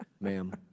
ma'am